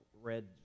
red